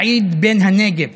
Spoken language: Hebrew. סעיד בן הנגב.